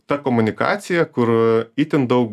ta komunikacija kur itin daug